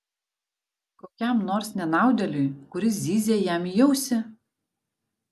kokiam nors nenaudėliui kuris zyzia jam į ausį